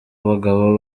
bagabo